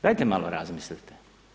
Dajte malo razmislite.